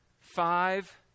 five